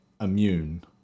immune